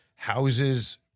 Houses